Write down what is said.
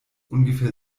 ungefähr